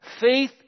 Faith